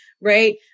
right